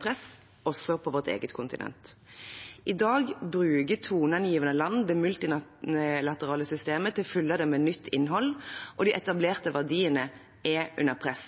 press også på vårt eget kontinent. I dag bruker toneangivende land det multilaterale systemet til å fylle det med nytt innhold, og de etablerte verdiene er under press.